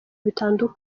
bitandukanye